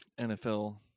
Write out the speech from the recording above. NFL